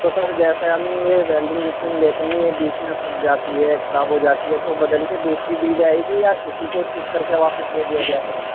تو سر جیسے ہم یہ ویلڈنگ مشین لیتے ہیں یہ بیچ میں پھک جاتی ہے خراب ہو جاتی ہے تو بدل کے دوسری دی جائے گی یا اسی کو ٹھیک کرکے واپس دے دیا جائے گا